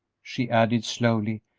she added, slowly,